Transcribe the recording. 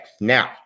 Now